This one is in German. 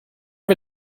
wir